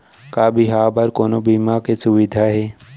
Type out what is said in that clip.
का बिहाव बर कोनो बीमा के सुविधा हे?